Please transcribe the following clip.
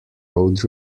road